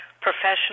professional